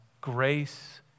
grace